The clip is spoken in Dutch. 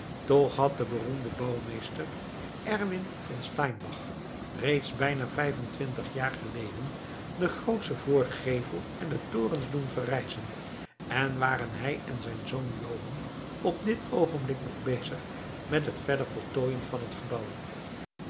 toch had de beroemde bouwmeester erwin von steinbach reeds bijna vijfentwintig jaar geleden den grootschen voorgevel en de torens doen verrijzen en waren hij en zijn zoon johann op dit oogenblik nog bezig met het verder voltooien van het gebouw